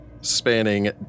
spanning